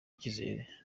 icyizere